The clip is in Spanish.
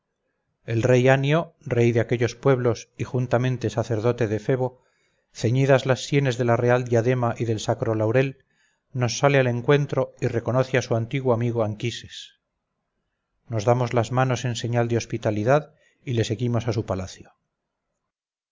el rey anio rey de aquellos pueblos y juntamente sacerdote de febo ceñidas las sienes de la real diadema y del sacro laurel nos sale al encuentro y reconoce a su antiguo amigo anquises nos damos las manos en señal de hospitalidad y le seguimos a su palacio